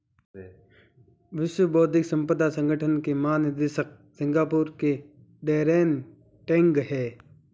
विश्व बौद्धिक संपदा संगठन के महानिदेशक सिंगापुर के डैरेन टैंग हैं